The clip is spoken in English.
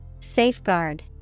Safeguard